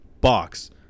box